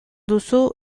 duzu